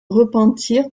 repentir